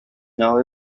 know